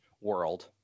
world